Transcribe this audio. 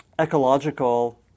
ecological